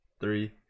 Three